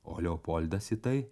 o leopoldas į tai